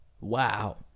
wow